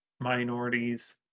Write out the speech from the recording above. minorities